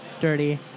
dirty